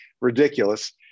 ridiculous